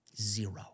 Zero